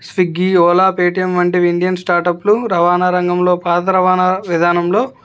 Swiggy Ola Paytm వంటివి Indian స్టార్టప్లు రవాణా రంగంలో పాత రవాణా విధానంలో